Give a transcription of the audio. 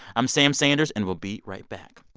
i'm sam sanders, and we'll be right back